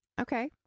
Okay